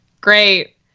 Great